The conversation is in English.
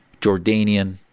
Jordanian